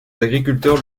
agriculteurs